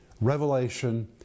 revelation